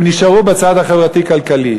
הם נשארו בצד החברתי-כלכלי.